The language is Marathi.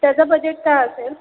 त्याचा बजेट काय असेल